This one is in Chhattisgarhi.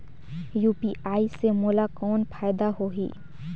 यू.पी.आई से मोला कौन फायदा होही?